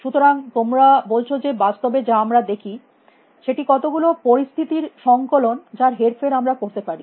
সুতরাং তোমরা বলছ যে বাস্তবে যা আমরা দেখি সেটি কতগুলো পরিস্থিতির সংকলন যার হেরফের আমরা করতে পারি